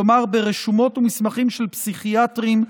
כלומר ברשומות ומסמכים של פסיכיאטרים,